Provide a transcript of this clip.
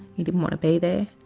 he didn't want to be there.